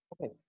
okay